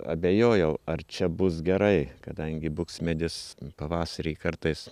abejojau ar čia bus gerai kadangi buksmedis pavasarį kartais